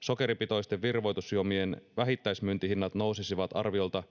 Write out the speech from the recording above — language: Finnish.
sokeripitoisten virvoitusjuomien vähittäismyyntihinnat nousisivat arviolta